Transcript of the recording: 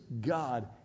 God